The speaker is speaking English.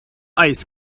ice